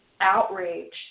outrage